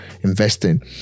investing